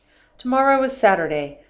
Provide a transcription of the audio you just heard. to-morrow is saturday.